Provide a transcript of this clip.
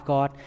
God